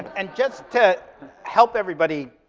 and just to help everybody,